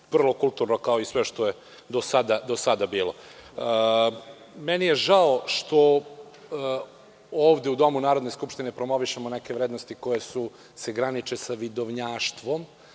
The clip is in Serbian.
vrlo kulturno, kao i sve što je do sada bilo. Žao mi je što ovde u Domu Narodne skupštine promovišemo neke vrednosti koje se graniče sa vidovnjaštvom